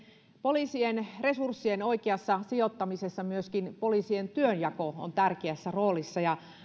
poliisien resurssien oikeassa sijoittamisessa myöskin poliisien työnjako on tärkeässä roolissa